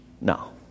No